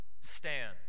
stand